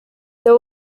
there